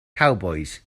cowbois